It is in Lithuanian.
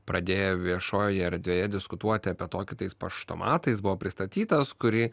pradėję viešojoje erdvėje diskutuoti apie tokį tais paštomatais buvo pristatytas kurį